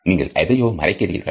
நீங்கள் எதையோ மறைக்கிறீர்கள்